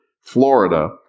Florida